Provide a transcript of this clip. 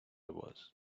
was